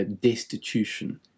destitution